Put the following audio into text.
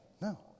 No